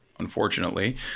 Unfortunately